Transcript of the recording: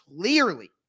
clearly